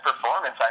performance